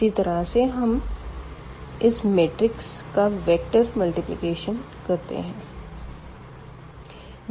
इसी तरह से हम इस मैट्रिक्स का वेक्टर से गुणन करते है